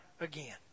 again